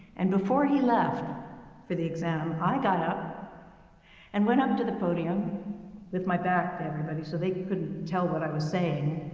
and before he left for the exam, i got up and went up to the podium with my back to everybody so they couldn't tell what i was saying.